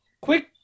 quick